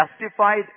Justified